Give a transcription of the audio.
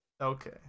Okay